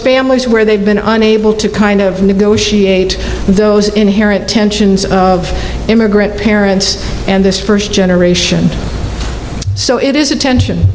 families where they've been able to kind of negotiate those inherent tension of immigrant parents and this first generation so it is attention